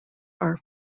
are